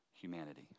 humanity